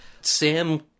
Sam